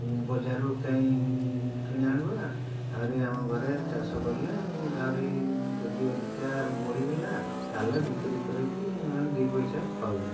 ବଜାରରୁ କାଇଁ କିଣି ଆଣିବା ଆହୁରି ଆମ ଘରେ ଚାଷ କଲେ ଆହୁରି ଯଦି ଅଧିକା ବଳିଗଲା ତାହେଲେ ବିକ୍ରି କରିକି ଆମେ ଦୁଇ ପଇସା ପାଉ